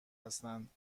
هستند